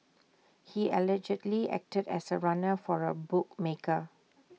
he allegedly acted as A runner for A bookmaker